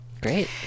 Great